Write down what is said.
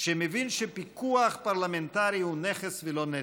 שמבין שפיקוח פרלמנטרי הוא נכס ולא נטל,